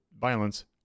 violence